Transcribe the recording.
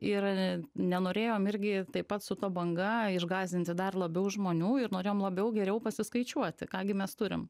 ir nenorėjom irgi taip pat su tuo banga išgąsdinti dar labiau žmonių ir norėjom labiau geriau pasiskaičiuoti ką gi mes turim